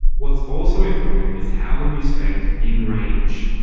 what's also important is how long you spend in range,